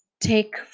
take